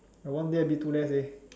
but one day a bit too less leh